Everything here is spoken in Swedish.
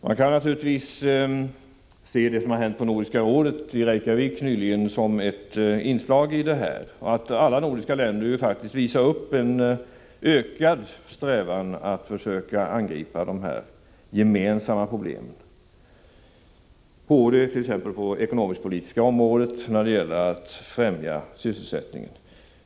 Man kan naturligtvis se det som har hänt på Nordiska rådet i Reykjavik nyligen som ett inslag i det här: Alla nordiska länder visar faktiskt upp en ökad strävan att försöka angripa de här gemensamma problemen, t.ex. på det ekonomisk-politiska området och när det gäller att främja sysselsättningen.